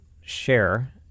share